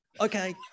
Okay